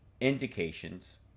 indications